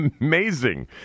amazing